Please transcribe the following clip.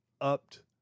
upped